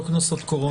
לא קנסות קורונה.